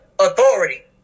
authority